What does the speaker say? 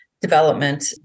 development